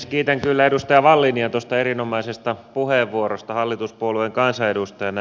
kiitän kyllä edustaja wallinia tuosta erinomaisesta puheenvuorosta hallituspuolueen kansanedustajana